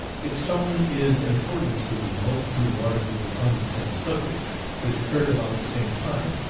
its tone is in accordance with the multitude of articles upon the same subject which occurred about the same time,